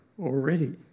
already